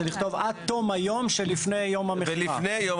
זה לכתוב: עד תום היום שלפני יום המכירה.